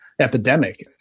epidemic